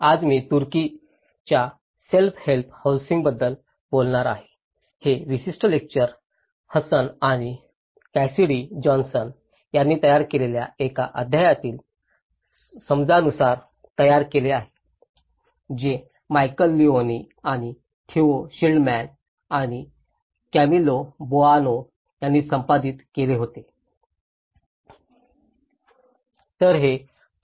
आज मी तुर्कीच्या सेल्फ हेल्प हौसिंग बद्दल बोलणार आहे हे विशिष्ट लेक्चर हसन आणि कॅसिडी जॉनसन यांनी तयार केलेल्या एका अध्यायातील समजानुसार तयार केले आहे जे मायकेल लिओनी आणि थेओ शिल्डर्मन आणि कॅमिलो बोआनो यांनी संपादित केले होते